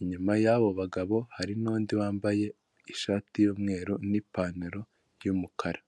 inyuma yabo bagabo hari n'undi, wambaye ishati y'umweru n'ipantaro y'umukara.